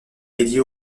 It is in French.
dédiée